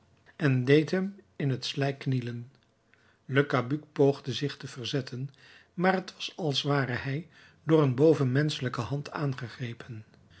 en deed hem in het slijk knielen le cabuc poogde zich te verzetten maar t was als ware hij door een bovenmenschelijke hand aangegrepen